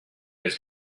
his